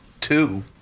two